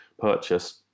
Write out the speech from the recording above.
purchase